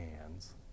hands